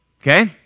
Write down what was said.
okay